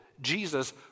Jesus